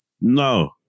No